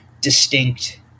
distinct